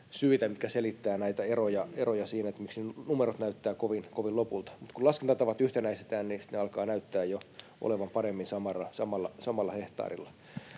mitkä selittävät näitä eroja siinä, miltä numerot näyttävät lopulta. Mutta sitten kun laskentatavat yhtenäistetään, niin ne alkavat näyttää olevan jo paremmin samalla hehtaarilla.